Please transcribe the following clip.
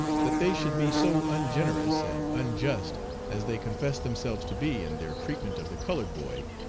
that they should be so ungenerous and unjust as they confess themselves to be in their treatment of the colored boy,